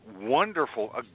wonderful